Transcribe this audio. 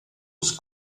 was